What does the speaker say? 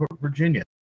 Virginia